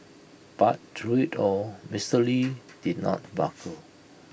but through IT all Mister lee did not buckle